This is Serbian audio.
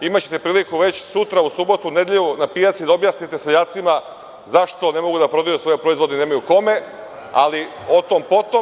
Imaćete priliku već sutra, u subotu, nedelju na pijaci da objasnite seljacima zašto ne mogu da prodaju svoje proizvode, jer nemaju kome, ali o tom potom.